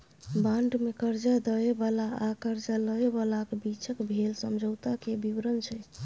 bond मे करजा दय बला आ करजा लय बलाक बीचक भेल समझौता केर बिबरण छै